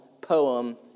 poem